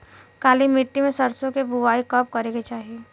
काली मिट्टी में सरसों के बुआई कब करे के चाही?